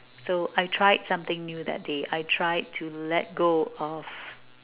so I tried something new that day I tried to let go of